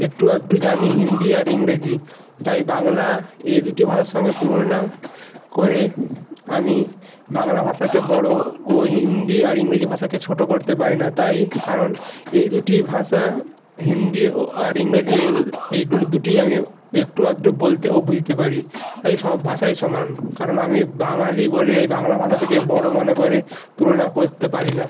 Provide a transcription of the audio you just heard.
একটু আধটু জানি হিন্দি আর ইংরেজি তাই বাংলা এই দুটি ভাষার সঙ্গে তুলনা করে আমি বাংলা ভাষাকে বড়ো ও হিন্দি আর ইংরেজি ভাষাকে ছোটো করতে পারি না তাই কারণ এই দুটি ভাষা হিন্দি ও আর ইংরাজি এইগুলি দুটি আমি একটু আধটু বলতে ও বুঝতে পারি তাই সব ভাষাই সমান কারণ আমি বাঙালি বলে এই বাংলা ভাষাটিকে বড়ো মনে করে তুলনা করতে পারি না